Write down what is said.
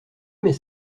mais